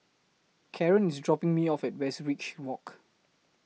Karon IS dropping Me off At Westridge Walk